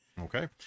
Okay